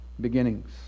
beginnings